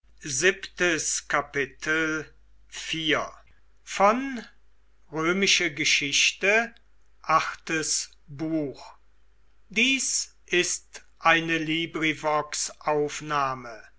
sind ist eine